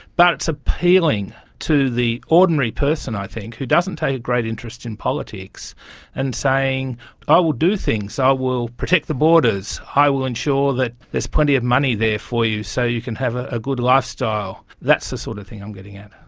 but it's appealing to the ordinary person i think who doesn't take a great interest in politics and saying i will do things, i will protect the borders, i will ensure that there is plenty of money there for you so you can have ah a good lifestyle. that's the sort of thing i'm getting at.